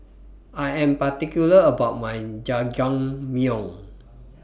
I Am particular about My Jajangmyeon